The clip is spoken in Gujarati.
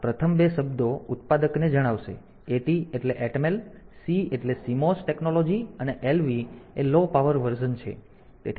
આ પ્રથમ 2 શબ્દો ઉત્પાદકને જણાવશે AT એટલે ATMEL C એટલે કે CMOS ટેક્નોલોજી અને LV એ લો પાવર વર્ઝન છે